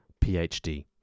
PhD